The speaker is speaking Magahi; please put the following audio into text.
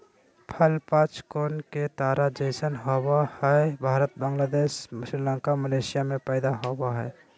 फल पांच कोण के तारा जैसन होवय हई भारत, बांग्लादेश, श्रीलंका, मलेशिया में पैदा होवई हई